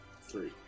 Three